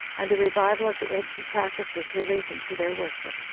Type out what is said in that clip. and the revival of the ancient practices relating to their worship.